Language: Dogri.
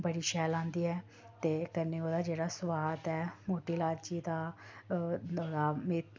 बड़ी शैल आंदी ऐ ते कन्नै ओह्दा जेह्ड़ा सोआद ऐ मोटी लाची दा